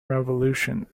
revolution